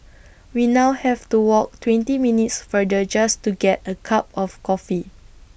we now have to walk twenty minutes farther just to get A cup of coffee